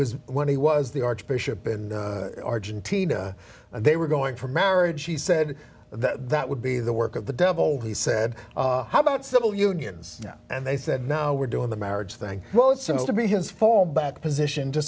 was when he was the archbishop in argentina and they were going for marriage she said that that would be the work of the devil he said how about civil unions and they said now we're doing the marriage thing well it seems to be his fall back position to